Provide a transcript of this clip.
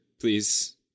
please